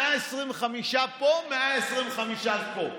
125 פה, 125 פה.